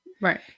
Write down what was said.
Right